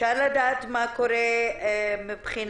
אפשר לדעת מה קורה מבחינת